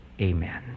amen